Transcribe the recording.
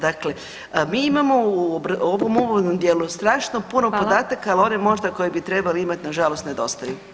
Dakle, mi imamo u ovom uvodnom dijelu strašno puno podataka [[Upadica: Hvala.]] ali one možda koje bi trebali imati nažalost nedostaju.